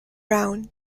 round